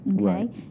okay